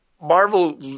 Marvel